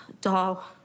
doll